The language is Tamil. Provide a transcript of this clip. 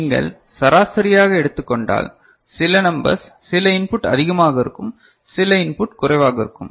நீங்கள் சராசரியாக எடுத்துக் கொண்டால் சில நம்பர்ஸ் சில இன்புட் அதிகமாக இருக்கும் சில இன்புட் குறைவாக இருக்கும்